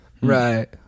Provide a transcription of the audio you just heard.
Right